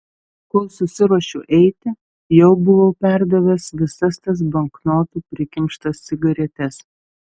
kol susiruošiu eiti jau buvau perdavęs visas tas banknotų prikimštas cigaretes